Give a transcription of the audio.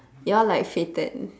you all like fated